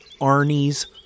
Arnie's